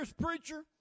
preacher